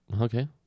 Okay